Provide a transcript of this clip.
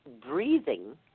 breathing